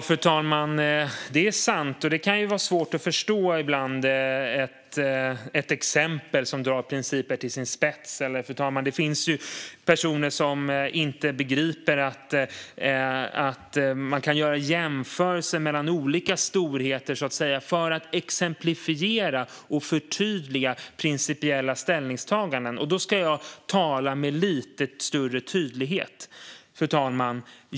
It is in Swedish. Fru talman! Det är sant, och det kan ibland vara svårt att förstå ett förslag som drar en princip till sin spets. Det finns personer som inte begriper att man kan göra jämförelser mellan olika storheter för att exemplifiera och förtydliga principiella ställningstaganden. Då ska jag tala med lite större tydlighet. Fru talman!